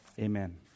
Amen